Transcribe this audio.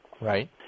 right